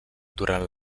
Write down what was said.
durant